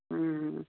ਹੂੰ